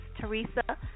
Teresa